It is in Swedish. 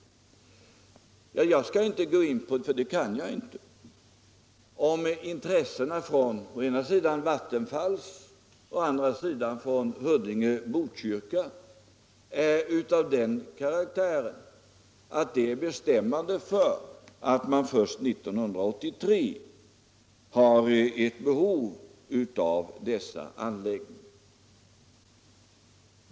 Jag kan inte gå in på om intressena, från å ena sidan Vattenfall och å andra sidan Huddinge-Botkyrka, är av den karaktären att de är bestämmande för att man först 1983 har behov av dessa anläggningar.